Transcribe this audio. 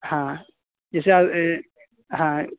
हाँ जैसे आ हाँ